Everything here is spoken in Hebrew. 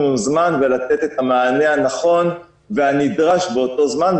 זמן ולתת את המענה הנכון והנדרש באותו זמן,